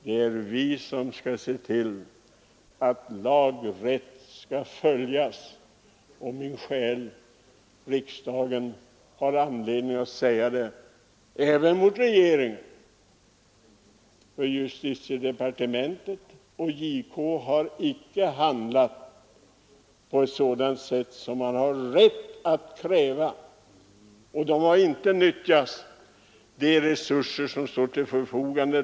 Det är vi som skall se till att lag och rätt skall följas. Och, min själ, riksdagen har anledning att säga det även till regeringen! Justitiedepartementet och JK har nämligen icke handlat på ett sådant sätt som man har rätt att kräva, och de har inte nyttjat de resurser som står till förfogande.